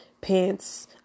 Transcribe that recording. pants